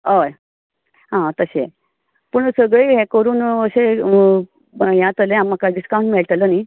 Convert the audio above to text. हय आं तशें पूण सगळें हें करून अशें हें जातलें म्हाका डिस्कावन्ट मेळटलो न्ही